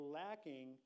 lacking